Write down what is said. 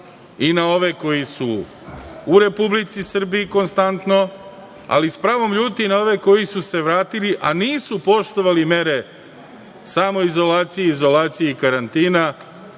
i na ove koji su u Republici Srbiji konstantno, ali s pravom ljuti na ove koji su se vratili, a nisu poštovali mere samoizolacije i izolacije karantina,